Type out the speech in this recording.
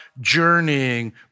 journeying